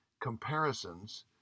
comparisons